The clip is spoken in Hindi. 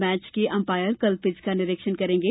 मैच के अंपायर कल पिच का निरीक्षण करेंगे